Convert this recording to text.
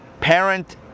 parent